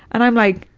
and i'm like,